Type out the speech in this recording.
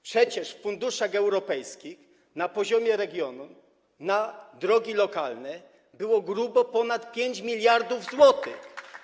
Przecież z funduszy europejskich na poziomie regionów na drogi lokalne było grubo ponad 5 mld zł.